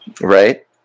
right